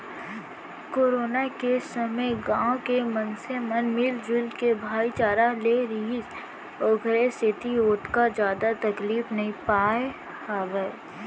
corona के समे गाँव के मनसे मन मिलजुल के भाईचारा ले रिहिस ओखरे सेती ओतका जादा तकलीफ नइ पाय हावय